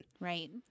Right